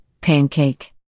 Pancake